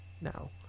now